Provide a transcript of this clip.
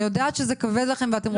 אני יודעת שזה כבד לכם ואתם רוצים לומר.